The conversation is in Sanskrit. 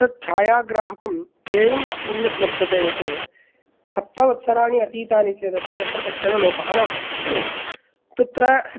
तत् छायाग्राहकम् एवं सम्यक् वर्तते यत् सप्तवत्सराणि अतीतानि चेत् अपि तत्र कश्चन लोपः नास्ति तत्र